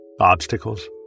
Obstacles